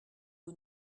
que